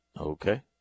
Okay